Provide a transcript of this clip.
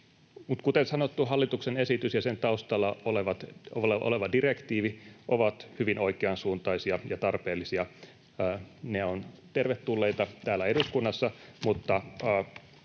kuten sanottu, hallituksen esitys ja sen taustalla olevat direktiivit ovat hyvin oikeansuuntaisia ja tarpeellisia. Ne ovat tervetulleita täällä eduskunnassa,